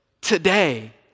Today